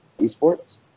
eSports